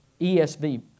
ESV